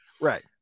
Right